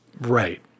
Right